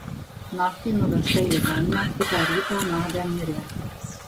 naktį nuvežta į ligoninę kitą rytą nadia mirė